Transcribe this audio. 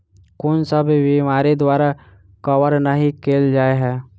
कुन सब बीमारि द्वारा कवर नहि केल जाय है?